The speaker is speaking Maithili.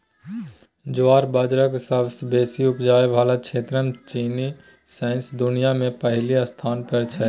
ज्वार बजराक सबसँ बेसी उपजाबै बला क्षेत्रमे चीन सौंसे दुनियाँ मे पहिल स्थान पर छै